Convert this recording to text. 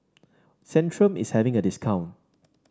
centrum is having a discount